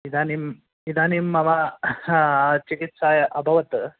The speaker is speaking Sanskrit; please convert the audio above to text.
इदानीम् इदानीं मम चिकित्सा अभवत्